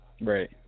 Right